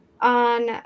on